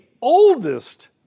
oldest